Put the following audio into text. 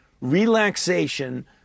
relaxation